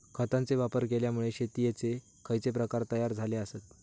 खतांचे वापर केल्यामुळे शेतीयेचे खैचे प्रकार तयार झाले आसत?